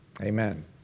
Amen